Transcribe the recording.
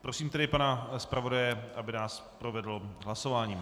Prosím tedy pana zpravodaje, aby nás provedl hlasováním.